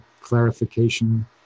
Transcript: clarification